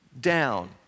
down